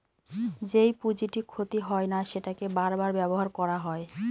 যেই পুঁজিটি ক্ষতি হয় না সেটাকে বার বার ব্যবহার করা হয়